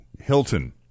Hilton